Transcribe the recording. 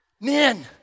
Men